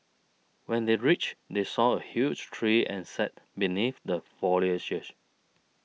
when they reached they saw a huge tree and sat beneath the foliage